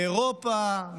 מאירופה,